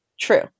True